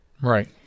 Right